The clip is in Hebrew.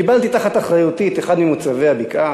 קיבלתי תחת אחריותי את אחד ממוצבי הבקעה,